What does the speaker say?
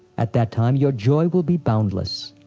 at that time, your joy will be boundless.